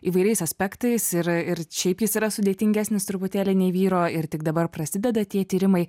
įvairiais aspektais ir ir šiaip jis yra sudėtingesnis truputėlį nei vyro ir tik dabar prasideda tie tyrimai